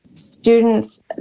students